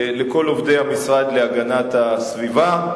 לכל עובדי המשרד להגנת הסביבה.